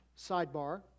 sidebar